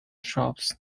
shops